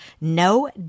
No